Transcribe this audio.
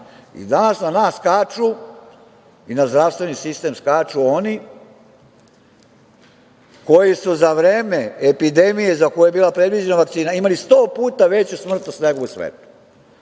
i danas na nas skaču i na zdravstveni sistem skaču oni koji su za vreme epidemije za koju je bila predviđena vakcina imali 100 puta veću smrtnost nego u svetu.